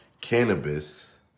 cannabis